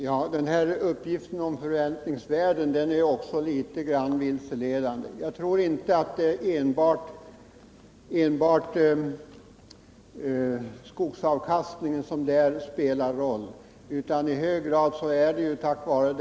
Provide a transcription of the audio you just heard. Herr talman! Också uppgiften om förväntningsvärden är litet grand vilseledande. Jag tror att det i det sammanhanget inte enbart är skogsavkastningen som spelar en roll för de höga priserna på jordbruksfastigheter.